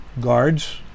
guards